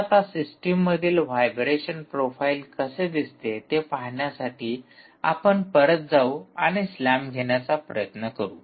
तर आता सिस्टममधील व्हायब्रेशन प्रोफाइल कसे दिसते ते पाहण्यासाठी आपण परत जाऊ आणि स्लॅम घेण्याचा प्रयत्न करु